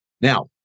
Now